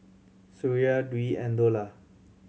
Suria Dwi and Dollah